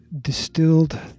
Distilled